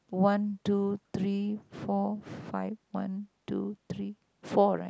one two three four five one two three four right